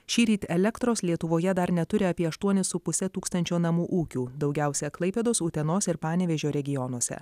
šįryt elektros lietuvoje dar neturi apie aštuonis su puse tūkstančio namų ūkių daugiausia klaipėdos utenos ir panevėžio regionuose